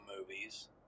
movies